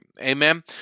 Amen